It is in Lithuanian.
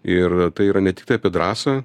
ir tai yra ne tiktai apie drąsą